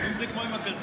אם זה כמו עם הכרטיסים,